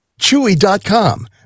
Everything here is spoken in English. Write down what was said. Chewy.com